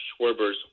Schwerber's